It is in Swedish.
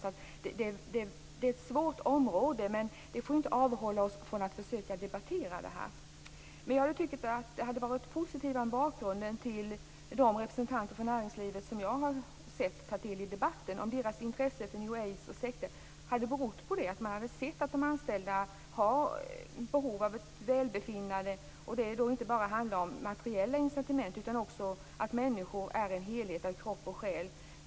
Det är ett svårt område, men det får inte avhålla oss från att försöka debattera det. Jag tycker att det hade varit positivt om näringslivets intresse för new age och sekter - jag tänker då på de representanter för näringslivet som jag har sett och tagit del av i debatter - hade berott på att man sett att de anställda har behov av ett välbefinnande, om det inte bara hade handlat om materiella incitament utan också om att människor är en helhet av kropp och själ.